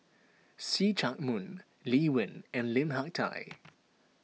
See Chak Mun Lee Wen and Lim Hak Tai